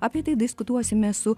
apie tai diskutuosime su